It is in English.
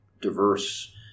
diverse